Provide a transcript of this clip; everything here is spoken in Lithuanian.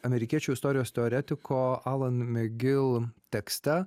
amerikiečių istorijos teoretiko alan megil tekstą